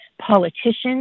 politicians